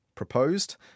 proposed